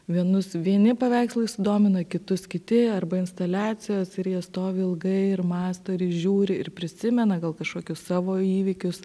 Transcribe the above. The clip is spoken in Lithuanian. vienus vieni paveikslai sudomina kitus kiti arba instaliacijos ir jie stovi ilgai ir mąsto ir žiūri ir prisimena gal kažkokius savo įvykius